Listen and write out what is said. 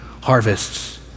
harvests